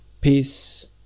peace